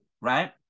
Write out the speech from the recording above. right